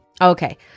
Okay